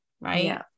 right